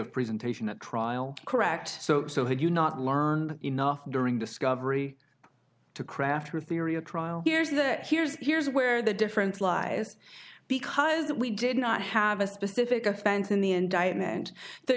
of presentation at trial correct so so had you not learned enough during discovery to craft her theory of trial here's the here's here's where the difference lies because we did not have a specific offense in the indictment the